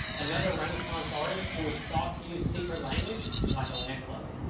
another renaissance artist who was thought to use secret language was michelangelo.